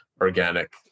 organic